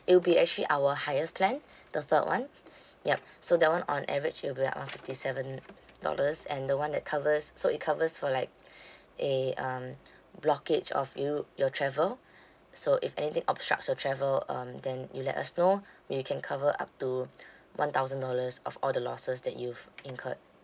it'll be actually our highest plan the third one yup so that [one] on average it'll be around fifty seven dollars and the one that covers so it covers for like a um blockage of you your travel so if anything obstructs your travel um then you let us know we can cover up to one thousand dollars of all the losses that you've incurred